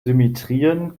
symmetrien